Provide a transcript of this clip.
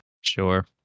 Sure